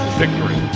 victory